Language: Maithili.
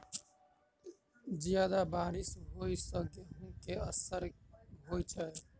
जियादा बारिश होइ सऽ गेंहूँ केँ असर होइ छै?